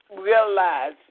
realize